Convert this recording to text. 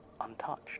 untouched